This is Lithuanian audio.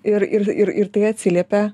ir ir ir ir tai atsiliepia